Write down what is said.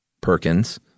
Perkins